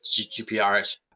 GPRS